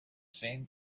seen